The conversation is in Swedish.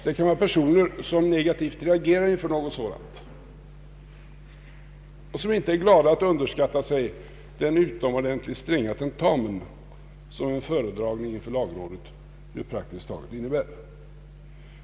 Det kan finnas personer som reagerar negativt inför något sådant och som inte är glada åt att underkasta sig den utomordentligt stränga tentamen som en föredragning inför lagrådet praktiskt taget alltid innebär.